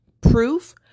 proof